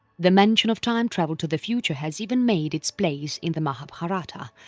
the mention of time travel to the future has even made its place in the mahabharata,